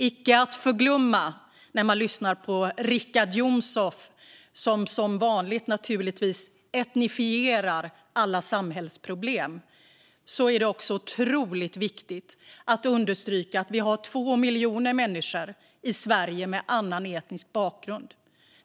Icke att förglömma när man lyssnar på Richard Jomshof, som naturligtvis som vanligt etnifierar alla samhällsproblem, är att det också är otroligt viktigt att understryka att vi har 2 miljoner människor i Sverige med annan etnisk bakgrund.